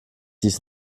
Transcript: dies